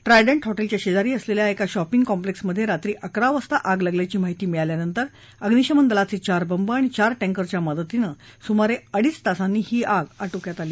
Trident हॉटेलच्या शेजारी असलेल्या एका शॉपिंग कॉम्प्लेक्समध्ये रात्री अकरा वाजता आग लागल्याची माहिती मिळाल्यावर अग्निशमन दलाचे चार बंब आणि चार टँकरच्या मदतीनं सुमारे अडीच तासांनी ही आग आटोक्यात आली